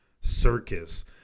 circus